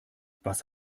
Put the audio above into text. was